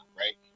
right